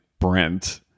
Brent